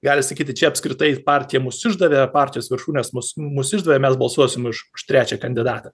gali sakyti čia apskritai partija mus išdavė partijos viršūnės mus nu mus išdavė mes balsuosim už už trečią kandidatą